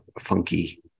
funky